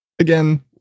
again